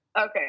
Okay